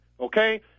okay